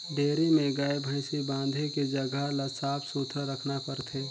dairy में गाय, भइसी बांधे के जघा ल साफ सुथरा रखना परथे